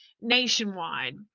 nationwide